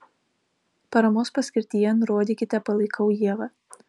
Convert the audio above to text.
paramos paskirtyje nurodykite palaikau ievą